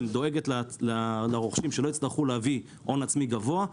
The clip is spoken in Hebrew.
דואגת לרוכשים שלא הצטרכו להביא הון עצמי גבוה,